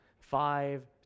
Five